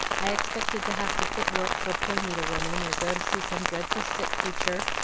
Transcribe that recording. i expected to have to fit work for poor needlewomen, or go to see some dreadful sick creature,